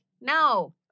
no